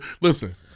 Listen